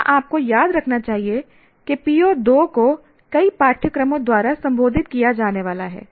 यहां आपको याद रखना चाहिए कि PO2 को कई पाठ्यक्रमों द्वारा संबोधित किया जाने वाला है